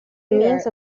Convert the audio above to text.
means